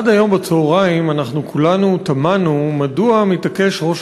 עד היום בצהריים כולנו תמהנו מדוע ראש